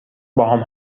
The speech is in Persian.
باهام